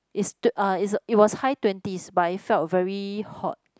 is ah is it was high twenties but it felt very hot